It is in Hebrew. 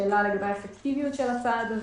שאלה לגבי האפקטיביות של הצעד הזה,